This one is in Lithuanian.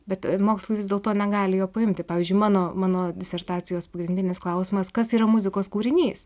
bet mokslai vis dėl to negali jo paimti pavyzdžiui mano mano disertacijos pagrindinis klausimas kas yra muzikos kūrinys